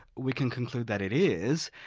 we can conclude that it is.